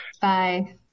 Bye